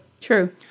true